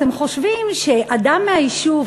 אתם חושבים שאדם מהיישוב,